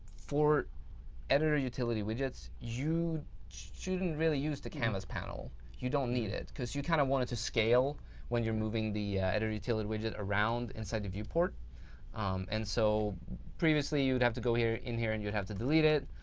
for editor utility widgets, you shouldn't really use the canvas panel. you don't need it because you kind of want it to scale when you're moving the editor utility widget around inside the viewport and so previously, you'd have to go here in here and you'd have to delete it.